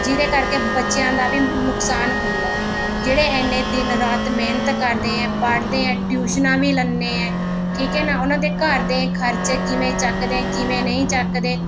ਜਿਹਦੇ ਕਰਕੇ ਬੱਚਿਆਂ ਦਾ ਵੀ ਨੁਕਸਾਨ ਹੁੰਦਾ ਹੈ ਜਿਹੜੇ ਇੰਨੇ ਦਿਨ ਰਾਤ ਮਿਹਨਤ ਕਰਦੇ ਹੈ ਪੜ੍ਹਦੇ ਹੈ ਟਿਊਸ਼ਨਾਂ ਵੀ ਲੈਂਦੇ ਹੈ ਠੀਕ ਹੈ ਨਾ ਉਹਨਾਂ ਦੇ ਘਰ ਦੇ ਖਰਚੇ ਕਿਵੇਂ ਚੱਕਦੇ ਕਿਵੇਂ ਨਹੀਂ ਚੱਕਦੇ